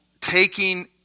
taking